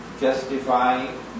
justifying